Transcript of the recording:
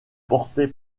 porté